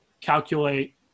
calculate